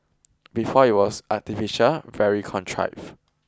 before it was artificial very contrived